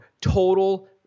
Total